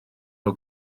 nhw